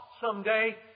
someday